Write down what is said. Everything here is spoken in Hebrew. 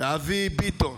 ואבי ביטון